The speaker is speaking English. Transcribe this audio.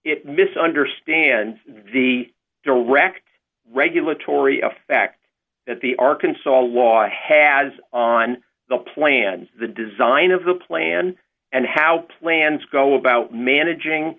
it misunderstands the direct regulatory effect that the arkansas law has on the plan the design of the plan and how plans go about managing